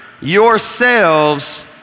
yourselves